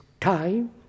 time